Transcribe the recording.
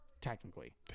technically